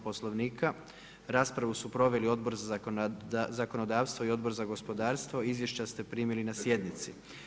Poslovnika, raspravu su proveli Odbor za zakonodavstvo i Odbor za gospodarstvo, izvješća ste primili na sjednici.